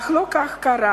אך לא כך קרה.